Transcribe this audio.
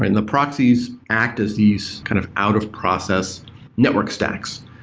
and the proxies act as these kind of out of process network stacks.